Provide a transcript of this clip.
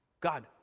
God